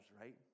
right